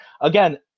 again